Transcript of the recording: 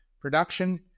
production